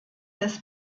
des